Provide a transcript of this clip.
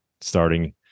starting